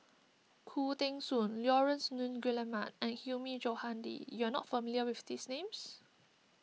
Khoo Teng Soon Laurence Nunns Guillemard and Hilmi Johandi you are not familiar with these names